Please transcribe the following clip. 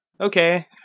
Okay